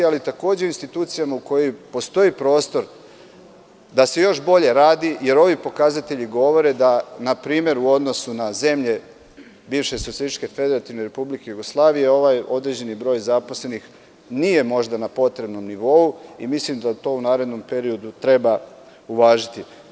Ali, takođe, i u institucijama u kojima postoji prostor da se još bolje radi, jer ovi pokazatelji govore da na primer u odnosu na zemlje bivše SFRJ ovaj određeni broj zaposlenih nije možda na potrebnom nivou i mislim da to u narednom periodu treba uvažiti.